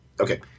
Okay